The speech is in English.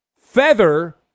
feather